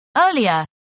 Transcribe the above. Earlier